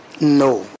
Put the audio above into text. No